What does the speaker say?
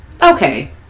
Okay